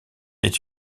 est